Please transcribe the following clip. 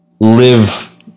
live